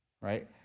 Right